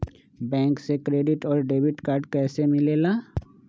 Bank से credit और debit card कैसी मिलेला?